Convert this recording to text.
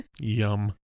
Yum